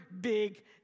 big